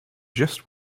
just